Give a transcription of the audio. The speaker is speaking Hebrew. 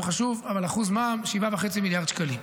לא חשוב, אבל אחוז מע"מ, 7.5 מיליארד שקלים.